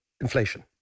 inflation